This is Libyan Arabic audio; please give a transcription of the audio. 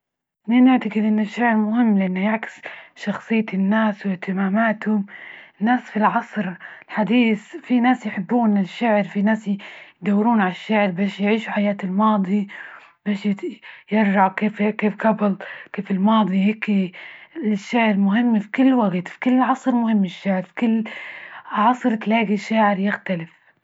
خلينا نعتقد أن الشعر مهم لأنه يعكس شخصية الناس واهتماماتهم، الناس في العصر الحديث في ناس يحبون الشعر، في ناس يدورون على الشعر، بش يعيش حياة الماضي بش يرجع كيف هيك، كيف جبل؟ كيف الماضي؟ هيكي الشعر مهم في كل وقت، في كل عصرمهم الشعر في كل عصر تلاقي شعر يختلف.